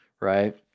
right